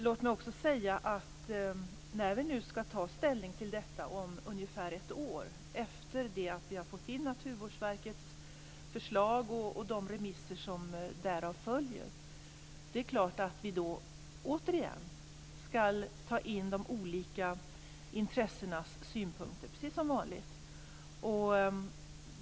Låt mig också säga att vi ju skall ta ställning till detta om ungefär ett år, sedan vi har fått in Naturvårdsverkets förslag och de remisser som därav följer, och det är klart att vi då återigen skall ta in de olika intressenas synpunkter, precis som vanligt.